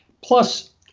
Plus